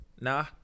Nah